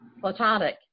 platonic